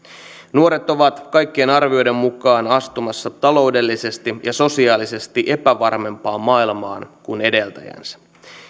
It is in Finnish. nuoret ovat kaikkien arvioiden mukaan astumassa taloudellisesti ja sosiaalisesti epävarmempaan maailmaan kuin edeltäjänsä